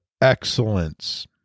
excellence